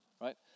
right